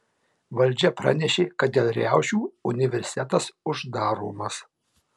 valdžia pranešė kad dėl riaušių universitetas uždaromas